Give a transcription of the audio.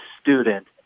student